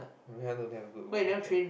Rui-Han don't have good ball control